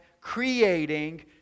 creating